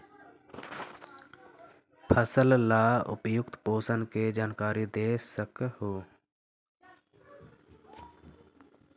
फसल ला उपयुक्त पोषण के जानकारी दे सक हु?